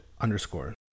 underscore